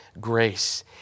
grace